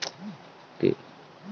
Cable के bill offline होला कि ना?